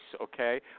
okay